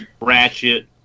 Ratchet